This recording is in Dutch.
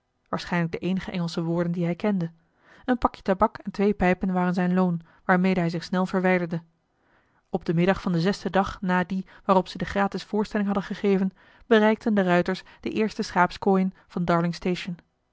waarschijnlijk de eenige engelsche woorden die hij kende een pakje tabak en twee pijpen waren zijn loon waarmede hij zich snel verwijderde op den middag van den zesden dag na dien waarop zij de gratisvoorstelling hadden gegeven bereikten de ruiters de eerste schaapskooien van